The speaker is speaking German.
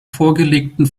vorgelegten